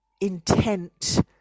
intent